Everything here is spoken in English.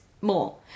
more